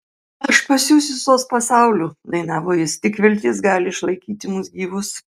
aš pasiųsiu sos pasauliu dainavo jis tik viltis gali išlaikyti mus gyvus